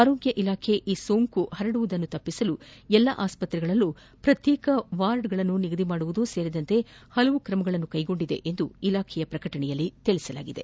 ಆರೋಗ್ಯ ಇಲಾಖೆ ಈ ಸೋಂಕು ಹರಡುವುದನ್ನು ತಡೆಯಲು ಎಲ್ಲ ಆಸ್ಪತ್ರೆಗಳಲ್ಲೂ ಪ್ರತ್ಯೇಕ ವಾರ್ಡ್ಗಳನ್ನು ನಿಗದಿಪಡಿಸುವುದು ಸೇರಿದಂತೆ ಹಲವು ಕ್ರಮಗಳನ್ನು ಕೈಗೊಂಡಿದೆ ಎಂದು ಇಲಾಖೆಯ ಪ್ರಕಟಣೆಯಲ್ಲಿ ತಿಳಿಸಿದೆ